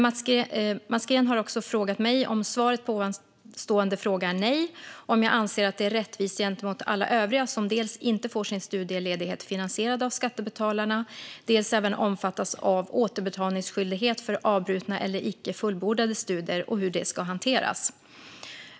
Mats Green har också frågat mig, om svaret på ovanstående fråga är nej, om jag anser att det är rättvist gentemot alla övriga som dels inte får sin studieledighet finansierad av skattebetalarna, dels även omfattas av återbetalningsskyldighet för avbrutna eller icke fullbordade studier, och hur det ska hanteras.